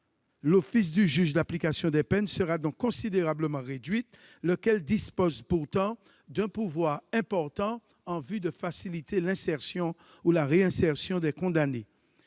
L'office du juge de l'application des peines sera donc considérablement réduit. Ce magistrat dispose pourtant d'un pouvoir important en vue de faciliter l'insertion ou la réinsertion des condamnés.